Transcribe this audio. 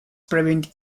prevent